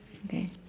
okay